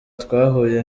twahuye